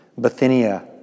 Bithynia